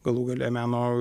galų gale meno